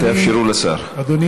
אדוני